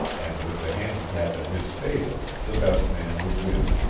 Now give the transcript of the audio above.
and with the handicap in his favor the best man would win.